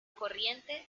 corriente